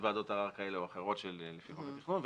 בוועדות ערר כאלה או אחרות לפי חוק התכנון.